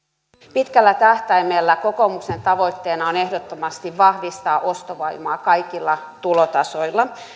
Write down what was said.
pitkällä tähtäimellä kokoomuksen tavoitteena on ehdottomasti vahvistaa ostovoimaa kaikilla tulotasoilla